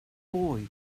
boy